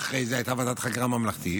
אחרי זה הייתה ועדת חקירה ממלכתית,